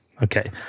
Okay